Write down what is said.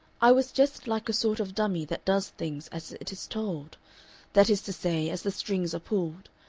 i was just like a sort of dummy that does things as it is told that is to say, as the strings are pulled.